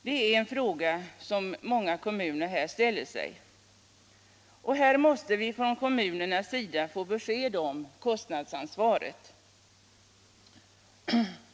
Det är en fråga som många kommuner ställer sig. Här måste kommunerna få besked om kostnadsansvaret.